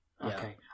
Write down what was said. Okay